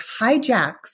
hijacks